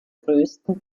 größten